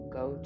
go